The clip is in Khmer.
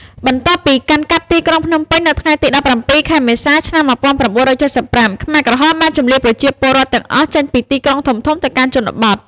បន្ទាប់ពីកាន់កាប់ទីក្រុងភ្នំពេញនៅថ្ងៃទី ១៧ ខែមេសា ឆ្នាំ ១៩៧៥ ខ្មែរក្រហមបានជម្លៀសប្រជាពលរដ្ឋទាំងអស់ចេញពីទីក្រុងធំៗទៅកាន់ជនបទ។